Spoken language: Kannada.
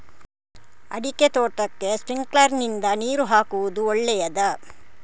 ಅಡಿಕೆ ತೋಟಕ್ಕೆ ಸ್ಪ್ರಿಂಕ್ಲರ್ ನಿಂದ ನೀರು ಹಾಕುವುದು ಒಳ್ಳೆಯದ?